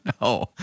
No